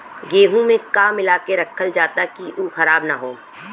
गेहूँ में का मिलाके रखल जाता कि उ खराब न हो?